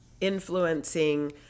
influencing